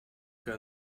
que